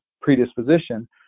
predisposition